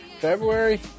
February